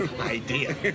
idea